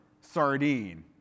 sardine